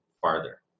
farther